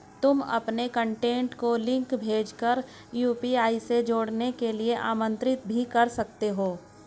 तुम अपने कॉन्टैक्ट को लिंक भेज कर यू.पी.आई से जुड़ने के लिए आमंत्रित भी कर सकते हो